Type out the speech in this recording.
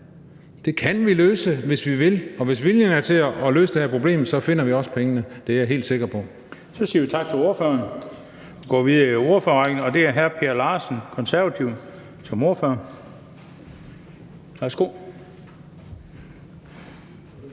Det kan vi løse, hvis vi vil, og hvis viljen er til at løse det her problem, så finder vi også pengene. Det er jeg helt sikker på. Kl. 18:43 Den fg. formand (Bent Bøgsted): Så siger vi tak til ordføreren. Vi går videre i ordførerrækken, og det er hr. Per Larsen, De Konservative, som ordfører.